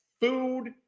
food